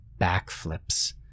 backflips